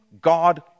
God